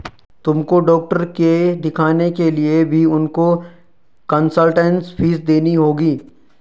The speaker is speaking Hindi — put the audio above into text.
तुमको डॉक्टर के दिखाने के लिए भी उनको कंसलटेन्स फीस देनी होगी